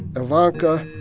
ivanka,